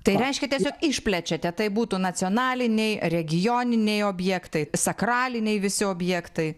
tai reiškia tiesiog išplečiate tai būtų nacionaliniai regioniniai objektai sakraliniai visi objektai